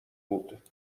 بود